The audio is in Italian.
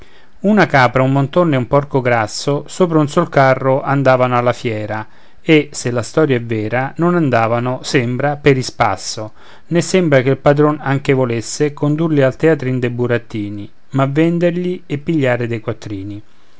una capra un monton e un porco grasso sopra un sol carro andavano alla fiera e se la storia è vera non andavano sembra per ispasso né sembra che il padrone anche volesse condurli al teatrin dei burattini ma venderli e pigliare dei quattrini